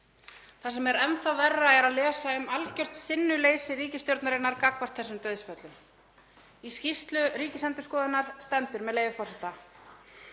Þar sem er enn þá verra er að lesa um algjört sinnuleysi ríkisstjórnarinnar gagnvart þessum dauðsföllum. Í skýrslu Ríkisendurskoðunar stendur, með leyfi forseta: